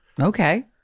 Okay